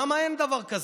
למה אין דבר כזה?